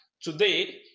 Today